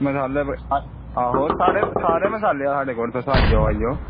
ते साढ़े सारे मसाले तुस आई जाओ आई जाओ